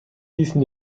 ließen